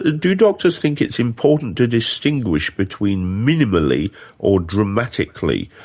ah do doctors think it's important to distinguish between minimally or dramatically